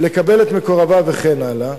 לקבל את מקורביו וכן הלאה,